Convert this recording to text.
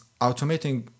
automating